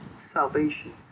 salvation